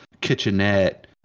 kitchenette